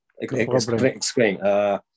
explain